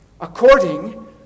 according